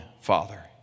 father